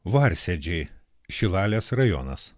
varsėdžiai šilalės rajonas